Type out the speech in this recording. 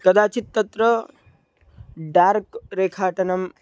कदाचित् तत्र डार्क् रेखाटनं